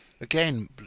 again